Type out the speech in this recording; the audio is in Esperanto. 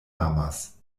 amas